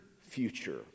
future